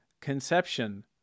conception